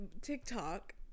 TikTok